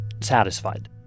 satisfied